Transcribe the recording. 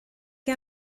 que